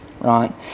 right